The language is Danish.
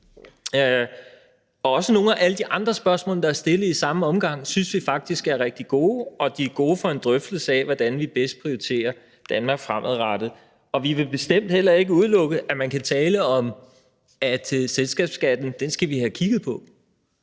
og også nogle af alle de andre spørgsmål, der er stillet i samme omgang, synes vi faktisk er rigtig gode, og de er gode for en drøftelse af, hvordan vi bedst prioriterer i Danmark fremadrettet. Vi vil bestemt heller ikke udelukke, at man kan tale om, at vi skal have kigget på